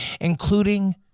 including